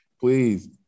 Please